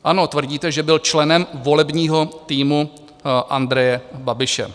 Ano, tvrdíte, že byl členem volebního týmu Andreje Babiše.